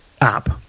app